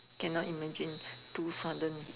cannot imagine too sudden